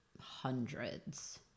hundreds